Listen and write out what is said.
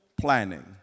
planning